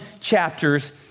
chapters